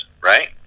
right